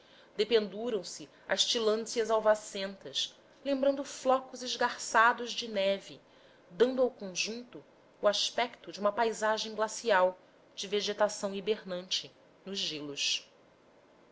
as tilândsias alvacentas lembrando flocos esgarçados de neve dando ao conjunto o aspecto de uma paisagem glacial de vegetação hibernante nos gelos